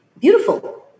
beautiful